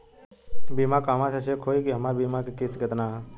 बीमा कहवा से चेक होयी की हमार बीमा के किस्त केतना ह?